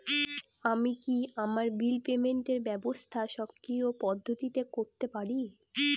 আমি কি আমার বিল পেমেন্টের ব্যবস্থা স্বকীয় পদ্ধতিতে করতে পারি?